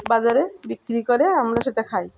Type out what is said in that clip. বাজারে বিক্রি করে আমরা সেটা খাই